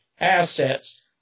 assets